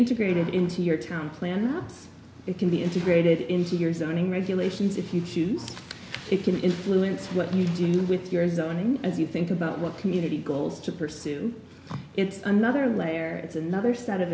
integrated into your zoning regulations if you choose it can influence what you do with your zoning as you think about what community goals to pursue it's another layer it's another set of